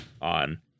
on